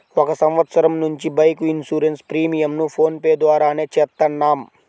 ఒక సంవత్సరం నుంచి బైక్ ఇన్సూరెన్స్ ప్రీమియంను ఫోన్ పే ద్వారానే చేత్తన్నాం